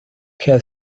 has